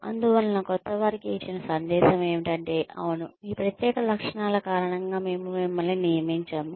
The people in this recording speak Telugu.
అందువల్ల క్రొత్తవారికి ఇచ్చిన సందేశం ఏమిటంటే అవును మీ ప్రత్యేక లక్షణాల కారణంగా మేము మిమ్మల్ని నియమించాము